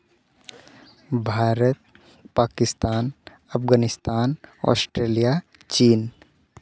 Bharat Pakistan Afghanistan Australia ᱪᱤᱱ